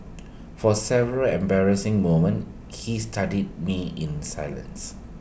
for several embarrassing moments he studied me in silence